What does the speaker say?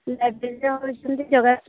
ଲାଇବ୍ରେରୀର ହେଉଛନ୍ତି